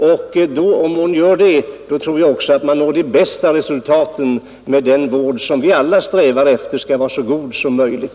Om man gör det tror jag också att man når de bästa resultaten med den vård som vi alla strävar efter skall vara så god som möjligt.